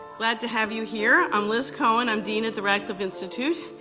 glad to have you here. i'm liz cohen. i'm dean at the radcliffe institute.